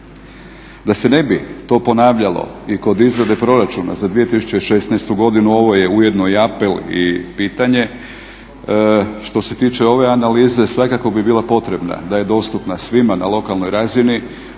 Da se ne bi to ponavljalo i kod izrade proračuna za 2016. godinu ovo je ujedno i apel i pitanje. Što se tiče ove analize svakako bi bila potrebna da je dostupna svima na lokalnoj razini